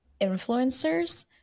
influencers